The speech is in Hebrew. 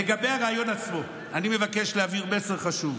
לגבי הריאיון עצמו, אני מבקש להעביר מסר חשוב.